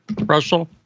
Russell